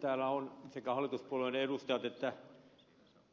täällä ovat sekä hallituspuolueiden edustajat että